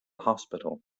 hospital